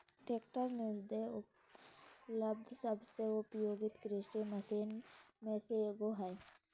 tractor निस्संदेह उपलब्ध सबसे उपयोगी कृषि मशीन में से एगो हइ